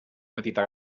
petita